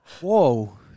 Whoa